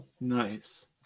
nice